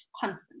constant